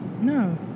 No